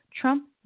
Trump